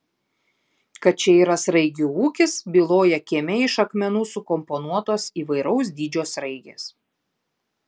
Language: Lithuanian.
kad čia yra sraigių ūkis byloja kieme iš akmenų sukomponuotos įvairaus dydžio sraigės